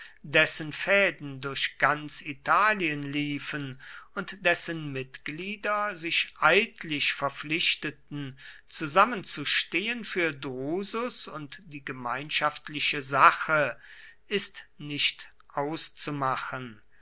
dessen fäden durch ganz italien liefen und dessen mitglieder sich eidlich verpflichteten zusammenzustehen für drusus und die gemeinschaftliche sache ist nicht auszumachen